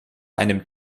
einem